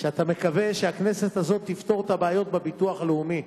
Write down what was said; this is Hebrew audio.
שאתה מקווה שהכנסת הזאת תפתור את הבעיות בביטוח הלאומי.